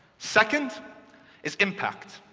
second is impact.